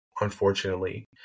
unfortunately